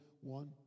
One